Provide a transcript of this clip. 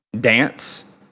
dance